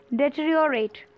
deteriorate